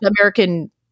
American